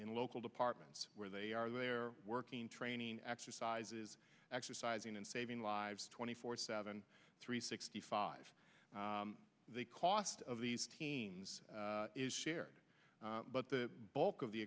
local departments where they are there working training exercises exercising and saving lives twenty four seven three sixty five the cost of these teams is shared but the bulk of the